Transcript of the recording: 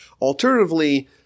Alternatively